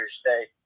state